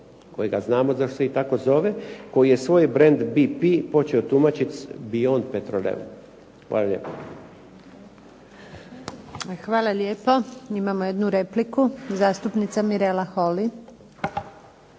kojega znamo zašto se i kako zove, koji je svoj brend BP počeo tumačiti sa beyond petroleum. Hvala lijepa. **Antunović, Željka (SDP)** Hvala lijepo. Imamo jednu repliku zastupnika Mirela Holy.